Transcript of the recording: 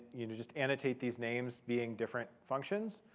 you know just annotate these names being different functions.